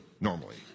normally